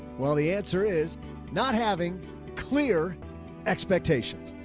well, the answer is not having clear expectations.